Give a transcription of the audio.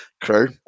crew